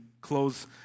close